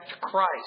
Christ